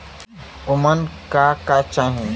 उमन का का चाही?